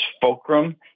fulcrum